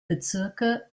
bezirke